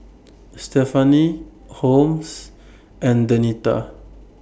Stephani Holmes and Denita